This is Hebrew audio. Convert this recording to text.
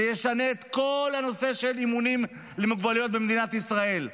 זה ישנה את כל הנושא של אימונים למוגבלים במדינת ישראל.